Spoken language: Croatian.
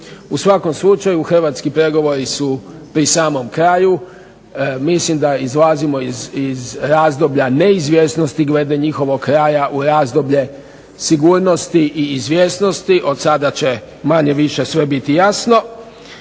U svakom slučaju hrvatski pregovori su pri samom kraju. Mislim da izlazimo iz razdoblja neizvjesnosti glede njihovog kraja u razdoblje sigurnosti i izvjesnosti. Od sada će manje više sve biti jasno.